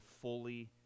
fully